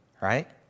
right